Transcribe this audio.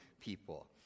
people